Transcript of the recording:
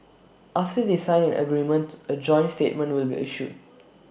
after they sign an agreement A joint statement will be issued